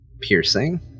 piercing